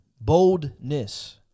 boldness